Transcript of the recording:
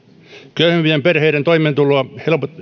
köyhimpien perheiden toimeentuloa